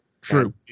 true